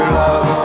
love